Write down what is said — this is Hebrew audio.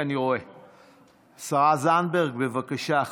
השרה זנדברג, בבקשה.